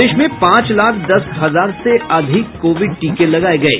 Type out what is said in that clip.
प्रदेश में पांच लाख दस हजार से अधिक कोविड टीके लगाये गये